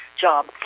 job